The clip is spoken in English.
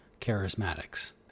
charismatics